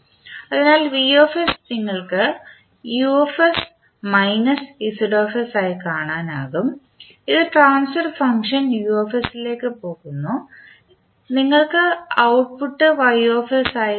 അതിനാൽ നിങ്ങൾക്ക് ആയി കാണാനാകും ഇത് ട്രാൻസ്ഫർ ഫംഗ്ഷൻ ലേക്ക് പോകുന്നു നിങ്ങൾക്ക് ഔട്ട്പുട്ട് ആയി ലഭിക്കും